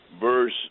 verse